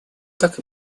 так